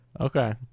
Okay